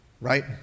right